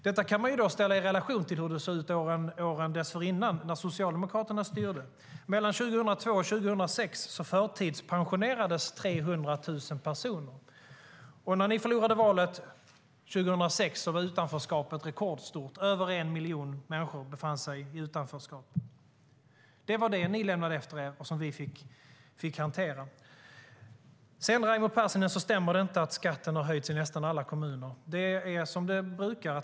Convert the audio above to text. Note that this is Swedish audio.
Detta kan man ställa i relation till hur det såg ut åren dessförinnan när Socialdemokraterna styrde. År 2002-2006 förtidspensionerades 300 000 personer. När ni förlorade valet 2006 var utanförskapet rekordstort. Över en miljon människor befann sig i utanförskap. Det var vad ni lämnade efter er som vi fick hantera. Det stämmer inte att skatten har höjts i nästan alla kommuner, Raimo Pärssinen. Det är som det brukar.